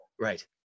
Right